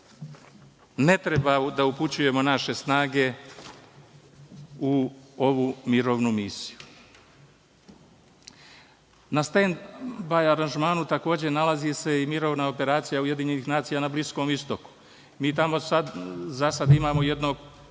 ne treba da upućujemo naše snage u ovu mirovnu misiju. Na stend-baj aranžmanu takođe se nalazi i mirovna operacija UN na Bliskom Istoku. Mi tamo za sada imamo jednog